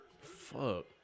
Fuck